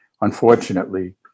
unfortunately